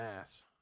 ass